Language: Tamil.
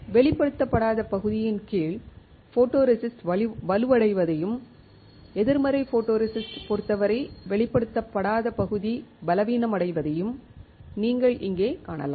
வெளிப்படுத்தப்படாத பகுதியின் கீழ் ஃபோட்டோரெசிஸ்ட் வலுவடைவதையும் எதிர்மறை ஃபோட்டோரெசிஸ்ட் பொறுத்தவரை வெளிப்படுத்தப்படாத பகுதி பலவீனமடைவதையும் நீங்கள் இங்கே காணலாம்